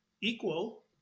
equal